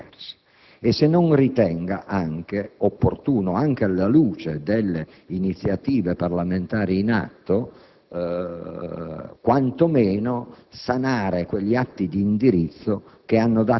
non ritenga opportuno, anche alla luce delle iniziative parlamentari in atto, quanto meno sanare quegli atti di indirizzo